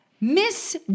Miss